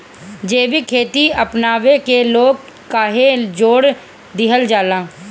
जैविक खेती अपनावे के लोग काहे जोड़ दिहल जाता?